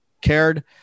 cared